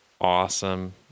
awesome